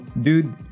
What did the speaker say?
dude